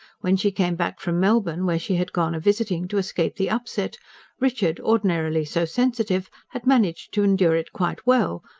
when she came back from melbourne, where she had gone a-visiting to escape the upset richard, ordinarily so sensitive, had managed to endure it quite well,